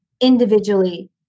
individually